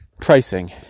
pricing